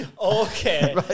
okay